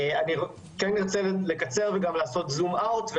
ארצה לקצר ולעשות זום אאוט,